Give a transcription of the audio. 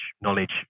knowledge